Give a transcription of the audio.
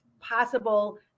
possible